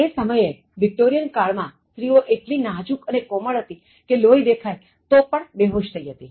એ સમયે વિક્ટોરિયન કાળમાંસ્ત્રીઓ એટ્લી નાજુક અને કોમળ હતી કે લોહી દેખાય તો પણ બેહોશ થઈ જતી